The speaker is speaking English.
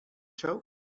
show